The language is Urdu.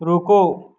رکو